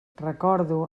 recordo